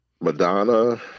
Madonna